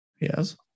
Yes